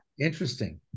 Interesting